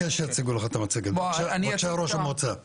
בבקשה ראש המועצה בהיג'.